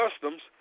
customs